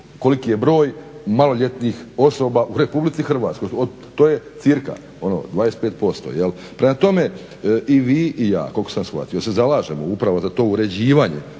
koliki je broj maloljetnih osoba u Republici Hrvatskoj. To je cirka, ono 25%. Prema tome, i vi i ja koliko sam shvatio se zalažemo upravo za to uređivanje